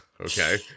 Okay